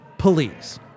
police